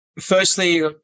firstly